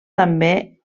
també